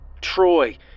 Troy